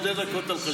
שתי דקות על חשבוני.